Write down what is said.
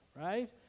Right